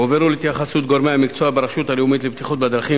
הועברו להתייחסות גורמי המקצוע ברשות הלאומית לבטיחות בדרכים,